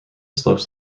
slopes